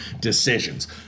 decisions